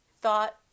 thought